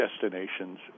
destinations